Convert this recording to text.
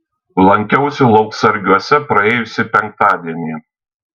lankiausi lauksargiuose praėjusį penktadienį